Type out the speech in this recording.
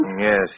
Yes